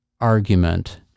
argument